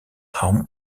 home